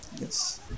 Yes